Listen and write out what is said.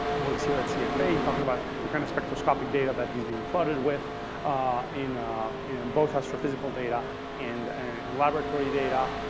who works here at cfa talking about the kind of spectroscopic data that he's being flooded with in in both astrophysical data and and laboratory data.